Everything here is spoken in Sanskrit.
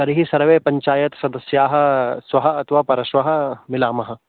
तर्हि सर्वे पञ्चायत् सदस्याः श्वः अथवा परश्वः मिलामः